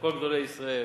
כל גדולי ישראל,